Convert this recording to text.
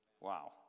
Wow